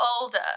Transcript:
older